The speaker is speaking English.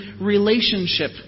relationship